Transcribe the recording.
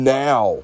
now